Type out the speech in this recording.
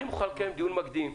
אני מוכן לקיים דיון מקדים,